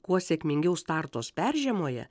kuo sėkmingiau startos peržiemoja